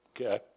Okay